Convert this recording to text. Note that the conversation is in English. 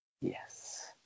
Yes